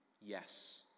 yes